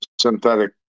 synthetic